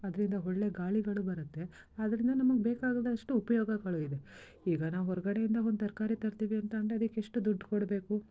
ಅದರಿಂದ ಒಳ್ಳೆ ಗಾಳಿಗಳು ಬರುತ್ತೆ ಅದರಿಂದ ನಮಗೆ ಬೇಕಾದಷ್ಟು ಉಪಯೋಗಗಳು ಇದೆ ಈಗ ನಾವು ಹೊರಗಡೆಯಿಂದ ಒಂದು ತರಕಾರಿ ತರ್ತೀವಿ ಅಂತ ಅಂದರೆ ಅದಕ್ಕೆ ಎಷ್ಟು ದುಡ್ಡು ಕೊಡಬೇಕು